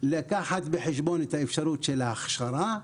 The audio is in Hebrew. לקחת בחשבון את האפשרות של ההכשרה,